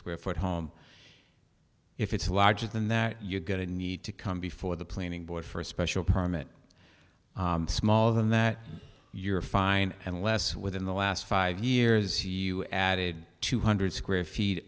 square foot home if it's a larger than that you're going to need to come before the planning board for a special permit smaller than that you're fine unless within the last five years you added two hundred square feet